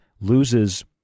loses